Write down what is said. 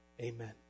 Amen